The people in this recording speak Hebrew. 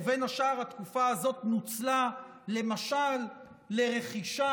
ובין השאר התקופה הזאת נוצלה למשל לרכישה